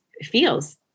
feels